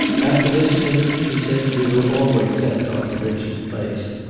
after this, minnie, she said, we will always set doctor richard's place.